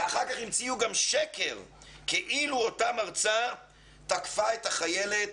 ואחר כך המציאו שקר כאילו אותה מרצה תקפה את החיילת